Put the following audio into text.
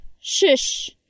Shush